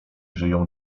żyją